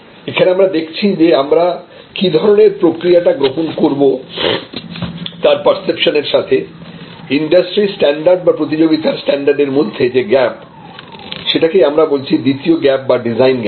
এখানে আমরা দেখছি যে আমরা কি ধরনের প্রক্রিয়াটা গ্রহণ করব তার পার্সেপশনর সাথে ইন্ডাস্ট্রি স্ট্যান্ডার্ড বা প্রতিযোগিতার স্ট্যান্ডার্ড এর মধ্যে যে গ্যাপ সেটাকেই আমরা বলছি দ্বিতীয় গ্যাপ বা ডিজাইন গ্যাপ